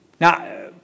Now